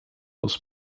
was